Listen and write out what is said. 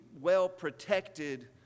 well-protected